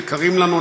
יקרים לנו,